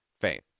faith